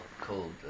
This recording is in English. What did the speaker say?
cold